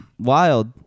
Wild